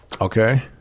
Okay